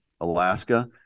Alaska